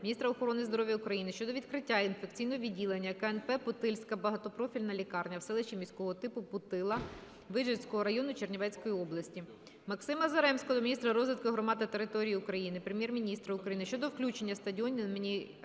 міністра охорони здоров'я України щодо відкриття інфекційного відділення КНП "Путильська багатопрофільна лікарня" в селищі міського типу Путила Вижницького району Чернівецької області. Максима Заремського до міністра розвитку громад та територій України, Прем'єр-міністра України щодо включення стадіону імені